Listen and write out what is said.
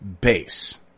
base